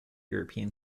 european